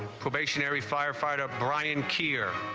probationary firefighter brian key here